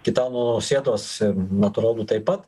gitano nausėdos natūralu taip pat